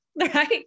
right